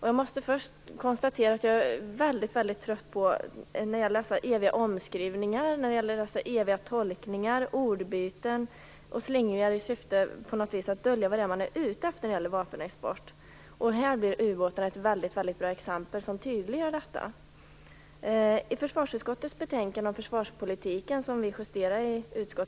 Jag måste först konstatera att jag är väldigt trött på dessa eviga omskrivningar, tolkningar, ordbyten och slingringar i syfte att dölja vad man är ute efter när det gäller vapenexporten. Ubåtar är ett väldigt bra exempel för att tydliggöra detta. I försvarsutskottet ställde jag frågan om det fanns en avsikt att beställa Ubåt 2000.